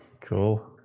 cool